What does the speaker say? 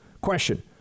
Question